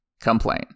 Complain